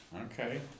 Okay